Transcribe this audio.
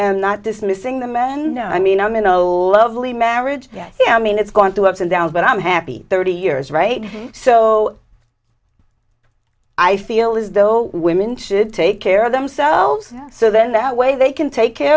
am not dismissing the men i mean i'm an old lovely marriage yes i mean it's gone through ups and downs but i'm happy thirty years right so i feel as though women should take care of themselves and so then that way they can take care